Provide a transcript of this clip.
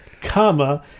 Comma